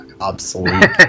obsolete